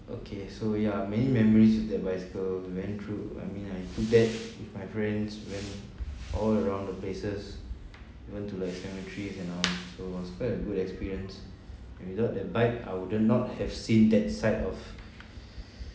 okay so ya many memories with the bicycle we went through I mean I took that with my friends went all around the places we went to like cemeteries and all so it was a good experience and without that bike I wouldn't not have seen that side of